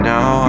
Now